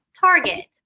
Target